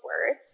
words